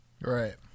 Right